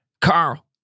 Carl